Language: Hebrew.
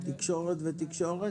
תקשורת ותקשורת?